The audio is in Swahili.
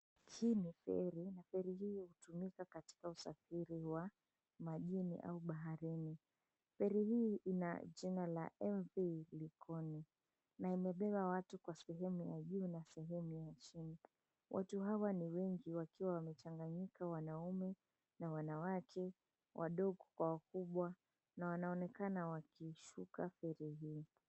Hii ni feri na feri hii hutumika katika usafiri wa majini au baharini. Feri hii inajina MV LIKONI na limebeba watu sehemu ya juu na sehemu ya chini. Watu hawa ni wengi wakiwa wamechanganyika wanaume na wanawake, wadogo kwa wakubwa na wanaonekana wakiwa wanashuka feri hii.